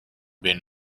been